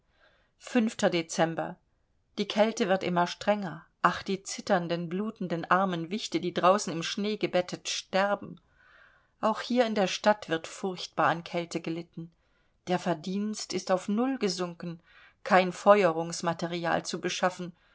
dezember die kälte wird immer strenger ach die zitternden blutenden armen wichte die draußen im schnee gebettet sterben auch hier in der stadt wird furchtbar an kälte gelitten der verdienst ist auf null gesunken kein feuerungsmaterial zu beschaffen